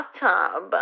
bathtub